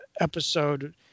episode